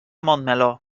montmeló